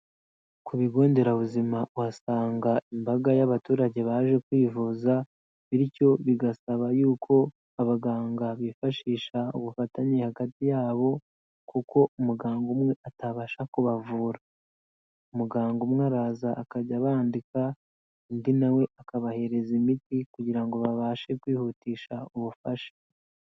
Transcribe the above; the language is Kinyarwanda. Ku bigo nderabuzima uhasanga imbaga y'abaturage baje kwivuza, bityo bigasaba yuko abaganga bifashisha ubufatanye hagati yabo kuko umuganga umwe atabasha kubavura. Muganga umwe araza akajya abandika, undi na we akabahereza imiti kugira ngo babashe kwihutisha ubufasha.